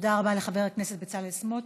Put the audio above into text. תודה רבה לחבר הכנסת בצלאל סמוטריץ.